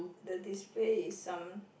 the display is some